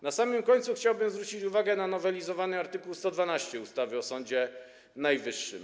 Na samym końcu chciałbym zwrócić uwagę na nowelizowany art. 112 ustawy o Sądzie Najwyższym.